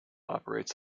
operates